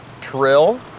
Trill